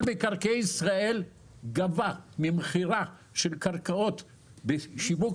מינהל מקרקעי ישראל גבה ממכירה של קרקעות בשיווק